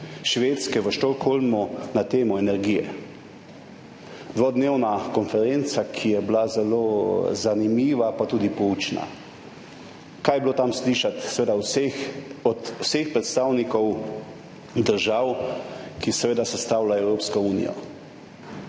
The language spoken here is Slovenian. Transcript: Švedske, v Stockholmu, na temo energije. Dvodnevna konferenca, ki je bila zelo zanimiva, pa tudi poučna. Kaj je bilo tam slišati od vseh predstavnikov držav, ki sestavljajo Evropsko unijo?